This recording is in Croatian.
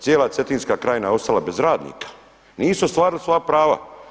Cijela Cetinska krajina je ostala bez radnika, nisu ostvarili svoja prava.